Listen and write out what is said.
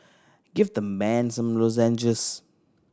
give the man some lozenges